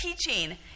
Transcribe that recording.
teaching